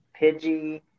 Pidgey